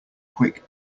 quick